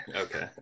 Okay